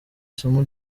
isomo